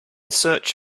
search